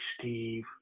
Steve